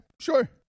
sure